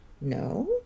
no